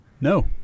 No